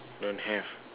don't have